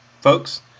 folks